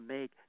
make